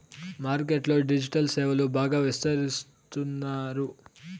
market లో digital సేవలు బాగా విస్తరిస్తున్నారు